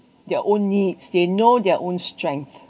their own needs they know their own strength